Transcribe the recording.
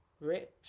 rich